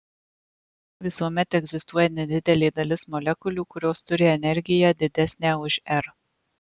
visuomet egzistuoja nedidelė dalis molekulių kurios turi energiją didesnę už r